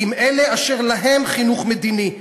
כי אם אלה אשר אומנם להם חינוך מדיני,